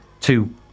two